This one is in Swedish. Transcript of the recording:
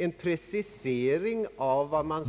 En precisering av